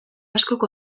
askok